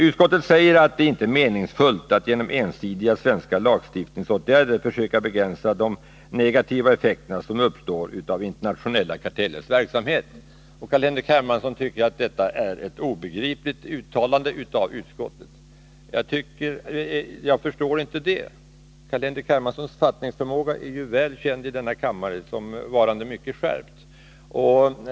Utskottet säger att det inte är meningsfullt att genom ensidiga svenska lagstiftningsåtgärder försöka begränsa de negativa effekter som uppstår av internationella kartellers verksamhet. Carl-Henrik Hermansson tycker att detta är ett obegripligt uttalande av utskottet. Jag förstår inte det. Carl-Henrik Hermanssons fattningsförmåga är ju väl känd i denna kammare som varande mycket skärpt.